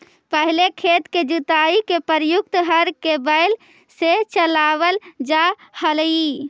पहिले खेत के जुताई में प्रयुक्त हर के बैल से चलावल जा हलइ